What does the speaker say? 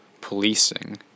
policing